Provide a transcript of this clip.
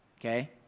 Okay